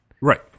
Right